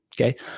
Okay